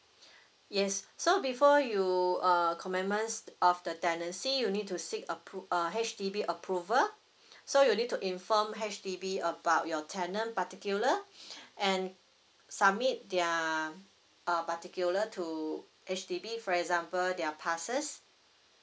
yes so before you uh commencement of the tendency you'll need to seek appro~ uh H_D_B approval so you'll need to inform H_D_B about your tenant particular and submit their uh particular to H_D_B for example their passes